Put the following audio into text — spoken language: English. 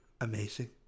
amazing